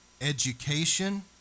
education